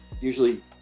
usually